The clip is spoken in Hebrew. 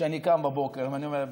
כשאני קם בבוקר ואני אומר,